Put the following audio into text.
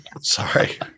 Sorry